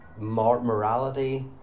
morality